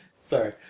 Sorry